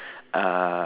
uh